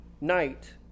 night